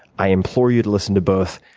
i implore you to listen to both.